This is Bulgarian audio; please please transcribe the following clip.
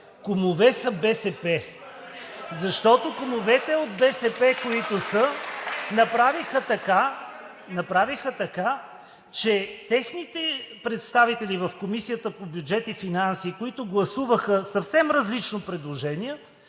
от ИТН.) Защото кумовете от БСП, които са, направиха така, че техните представители в Комисията по бюджет и финанси, които гласуваха съвсем различно предложение,